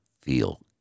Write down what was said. feel